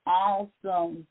awesome